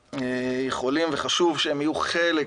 יכולים וחשוב שהם יהיו חלק